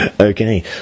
okay